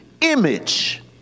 image